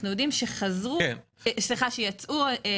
אנ חנו יודעים שיצאו כ-5,800.